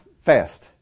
fast